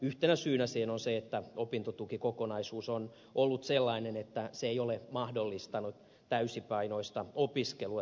yhtenä syynä siihen on se että opintotukikokonaisuus on ollut sellainen että se ei ole mahdollistanut täysipainoista täysipäiväistä opiskelua